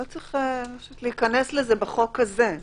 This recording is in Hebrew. לא צריך להיכנס לזה בחוק הזה.